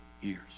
years